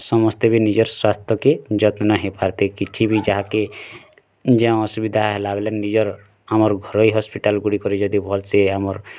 ସମସ୍ତେ ବି ନିଜର୍ ସ୍ୱାସ୍ଥ୍ୟ କେ ଯତ୍ନ ହେଇ ପାରତେ କିଛି ବି ଯାହାକେ ଯେଉଁ ଅସୁବିଧା ହେଲା ବେଲେ ନିଜର୍ ଆମର୍ ଘରୋଇ ହସ୍ପିଟାଲ୍ ଗୁଡ଼ିକରେ ଯଦି ଭଲ୍ ସେ ଆମର୍